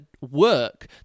work